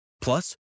Plus